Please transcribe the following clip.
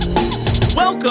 Welcome